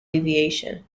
aviation